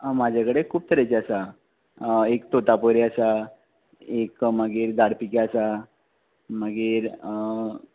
आं म्हजे कडेन खूब तरेचे आसा एक तोतापुरी आसा एक मागीर झाडपिके आसा मागीर